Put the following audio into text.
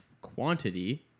quantity